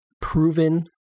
proven-